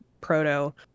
proto